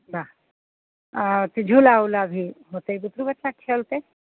बाह आओर तऽ झूला ऊला भी होयतै बुतरु बच्चा खेलतै